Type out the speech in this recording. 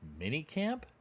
minicamp